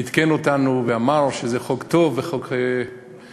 עדכן אותנו ואמר שזה חוק טוב ושזה חוק